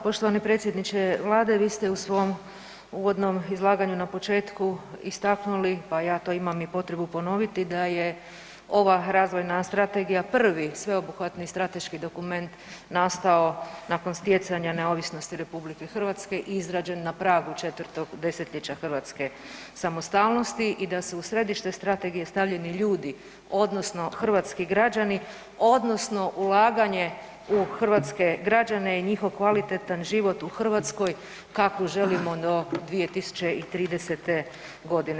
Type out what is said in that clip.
Poštovani predsjedniče Vlade vi ste u svom uvodnom izlaganju na početku, istaknuli pa ja to imam i potrebu ponoviti da je ova razvojna prvi sveobuhvatni strateški dokument nastao nakon stjecanja neovisnosti RH izrađen na pragu 4-tog desetljeća hrvatske samostalnosti i da su u središte strategije stavljeni ljudi odnosno hrvatski građani odnosno ulaganje u hrvatske građane i njihov kvalitetan život u Hrvatskoj kakvu želimo do 2030. godine.